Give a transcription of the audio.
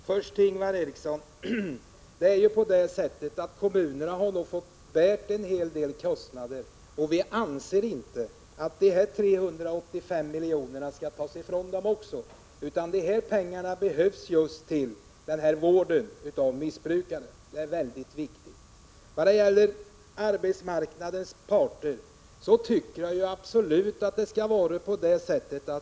Herr talman! Först till Ingvar Eriksson: Kommunerna har fått bära en del kostnader på det här området. Vi anser därför inte att också de 385 miljonerna skall tas ifrån dem. De pengarna behövs just till vården av missbrukare. Det är viktigt. När det sedan gäller medverkan från arbetsmarknadens organisationer tycker jag absolut att staten skall gå in med bidrag.